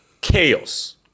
chaos